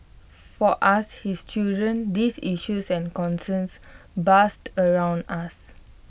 for us his children these issues and concerns buzzed around us